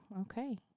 okay